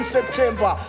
September